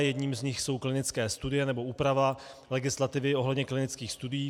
Jedním z nich jsou klinické studie nebo úprava legislativy ohledně klinických studií.